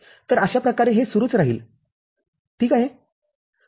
तरअशाप्रकारे हे सुरूच राहील ठीक आहे